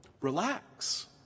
relax